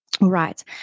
Right